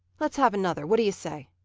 let's have nother. what d'you say?